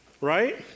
right